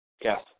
Yes